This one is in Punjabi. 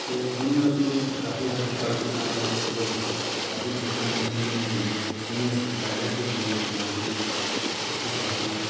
ਅਤੇ ਹੁਣ ਮੈਂ ਉਸਨੂੰ ਕਾਫੀ ਹੱਦ ਤੱਕ ਪੜ੍ਹ ਚੁੱਕਾ ਮੈਂ ਔਰ ਉਹਦੇ ਵਿੱਚ ਇੱਕ ਕਾਫੀ ਚੀਜ਼ਾਂ ਮੈਨੂੰ ਸਮਝਣ ਨੂੰ ਮਿਲੀਆਂ ਵੀਆਂ ਇੱਕ ਸੀਨੀਅਰਸ ਦੀ ਗਾਈਡੈਂਸ ਵਿੱਚ ਮੈਂ ਉਸ ਦੀ ਜਾਣਕਾਰੀ ਇਕੱਠੀ ਕਰ ਰਿਹਾ ਵੈ